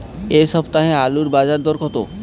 এ সপ্তাহে আলুর বাজার দর কত?